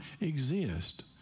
exist